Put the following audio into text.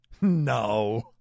No